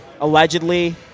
Allegedly